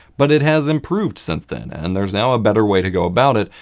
but it has improved since then and there's now a better way to go about it.